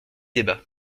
débat